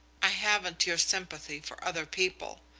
i haven't your sympathy for other people,